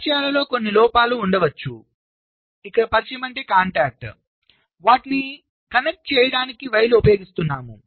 పరిచయాలలో కొన్ని లోపాలు ఉండవచ్చు వాటిని కనెక్ట్ చేయడానికి వైర్లు ఉపయోగిస్తున్నాము